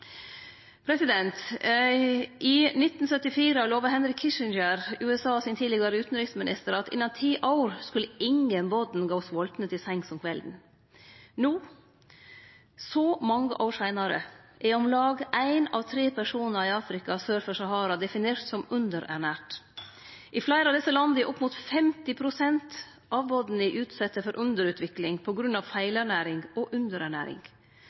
I 1974 lova Henry Kissinger, den tidlegare utanriksministeren i USA, at innan ti år skulle ingen barn gå svoltne til sengs om kvelden. No, så mange år seinare, er om lag ein av tre personar i Afrika sør for Sahara definert som underernært. I fleire av desse landa er opp mot 50 pst. av barna utsette for underutvikling på grunn av feilernæring og underernæring.